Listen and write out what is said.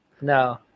No